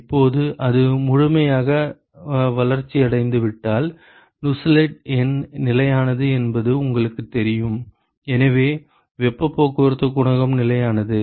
இப்போது அது முழுமையாக வளர்ச்சியடைந்துவிட்டால் நுசெல்ட் எண் நிலையானது என்பது உங்களுக்குத் தெரியும் எனவே வெப்ப போக்குவரத்து குணகம் நிலையானது